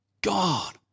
God